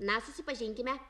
na susipažinkime